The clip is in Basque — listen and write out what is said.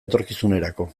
etorkizunerako